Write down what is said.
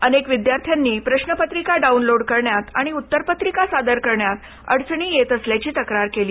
अनेक विद्यार्थ्यांनी प्रश्नपत्रिका डाऊनलोड करण्यात आणि उत्तरपत्रिका सादर करण्यात अडचणी येत असल्याची तक्रार केली